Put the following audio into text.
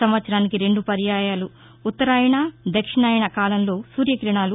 సంవత్సరానికి రెండు పర్యాయాలు ఉత్తరాయణ దక్షిణాయణ కాలంలో సూర్యకిరణాలు